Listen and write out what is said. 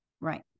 Right